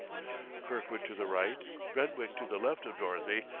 kirkwood to the right, brentwick to the left of dorothy,